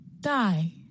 Die